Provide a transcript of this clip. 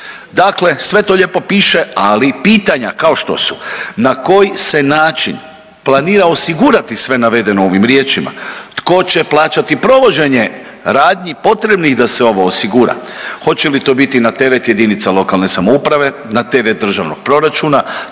Dakle, sve to lijepo piše, ali pitanja kao što su na koji se način planira osigurati sve navedeno u ovim riječima, tko će plaćati provođenje radnji potrebnih da se ovo osigura. Hoće li to biti na teret jedinica lokalne samouprave, na teret državnog proračuna